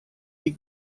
die